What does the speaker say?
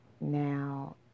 Now